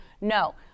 No